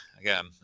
again